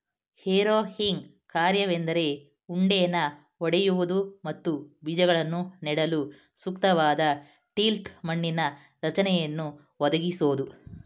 harrowing ಕಾರ್ಯವೆಂದರೆ ಉಂಡೆನ ಒಡೆಯುವುದು ಮತ್ತು ಬೀಜಗಳನ್ನು ನೆಡಲು ಸೂಕ್ತವಾದ ಟಿಲ್ತ್ ಮಣ್ಣಿನ ರಚನೆಯನ್ನು ಒದಗಿಸೋದು